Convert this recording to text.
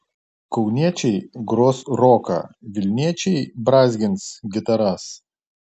kauniečiai gros roką vilniečiai brązgins gitaras